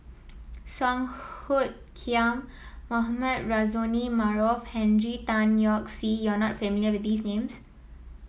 Song Hoot Kiam Mohamed Rozani Maarof Henry Tan Yoke See you are not familiar with these names